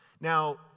Now